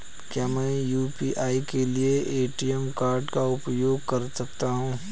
क्या मैं यू.पी.आई के लिए ए.टी.एम कार्ड का उपयोग कर सकता हूँ?